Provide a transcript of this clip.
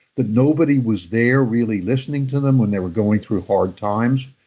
that nobody was there really listening to them when they were going through hard times.